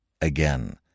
Again